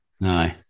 No